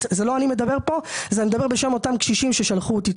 אני מדבר בשם אותם קשישים ששלחו אותי.